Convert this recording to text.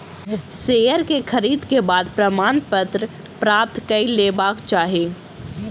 share के खरीद के बाद प्रमाणपत्र प्राप्त कय लेबाक चाही